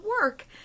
work